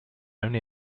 only